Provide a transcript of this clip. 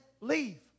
leave